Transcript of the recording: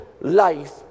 life